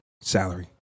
salary